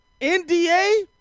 NDA